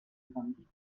kann